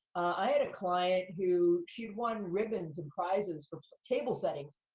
i had a client who, she won ribbons and prizes for table settings.